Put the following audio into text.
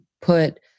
put